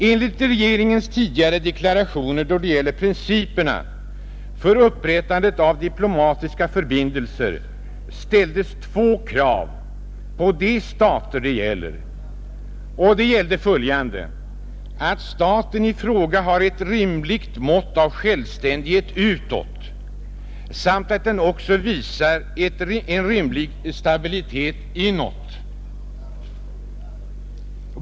Enligt regeringens tidigare deklarationer då det gäller principerna för upprättandet av diplomatiska förbindelser ställs två krav på de stater det gäller: att staten i fråga har ett rimligt mått av självständighet utåt samt att den också visar en rimlig stabilitet inåt.